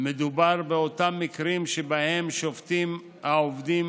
מדובר באותם מקרים "שבהם שובתים העובדים